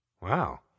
Wow